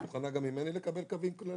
את מוכנה גם ממני לקבל קווים כלליים?